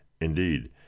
indeed